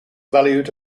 valued